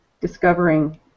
discovering